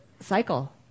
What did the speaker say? cycle